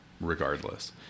regardless